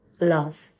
love